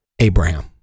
abraham